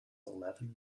eleven